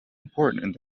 important